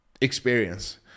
experience